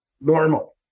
normal